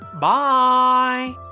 Bye